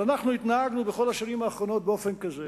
אבל אנחנו התנהגנו, בכל השנים האחרונות, באופן כזה